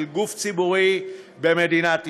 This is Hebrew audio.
של גוף ציבורי במדינת ישראל.